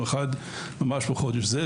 אחד ממש בחודש זה,